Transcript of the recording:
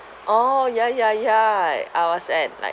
orh ya ya ya eh I was at like